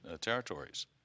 territories